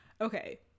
Okay